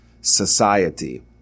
society